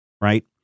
Right